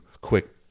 quick